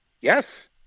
Yes